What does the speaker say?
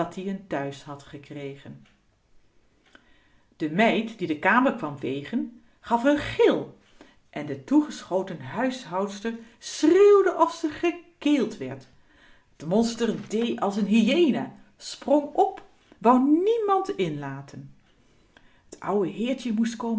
thuis had gekregen de meid die de kamer kwam vegen gaf n gil en de toegeschoten huishoudster schreeuwde of ze gekeeld werd t monster dee als n is hyena sprong op wou r niemand inlaten t ouwe heertje moest